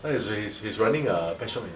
now he he's he's running a pet shop in